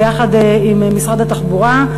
ביחד עם משרד התחבורה,